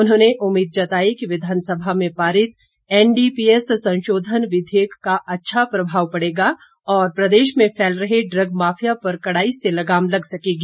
उन्होंने उम्मीद जताई कि विधानसभा में पारित एन डी पी एस संशोधन विधेयक का अच्छा प्रभाव पड़ेगा और प्रदेश में फैल रहे ड्रग माफिया पर कड़ाई से लगाम लग सकेगी